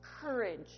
courage